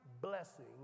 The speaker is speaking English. blessing